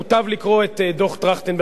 מוטב לקרוא את דוח-טרכטנברג,